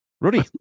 Rudy